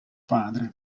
padre